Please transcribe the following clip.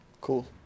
Cool